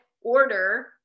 order